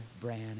brand